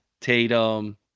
Tatum